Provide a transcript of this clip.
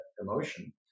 emotion